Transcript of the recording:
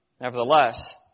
Nevertheless